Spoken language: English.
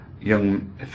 young